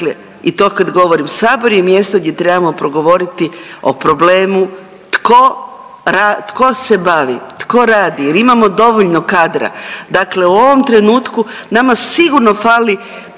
Dakle, i to kad govorim sabor je mjesto gdje trebamo progovoriti o problemu tko, tko se bavi, tko radi jer imamo dovoljno kadra. Dakle, u ovom trenutku nama sigurno fali